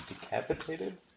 decapitated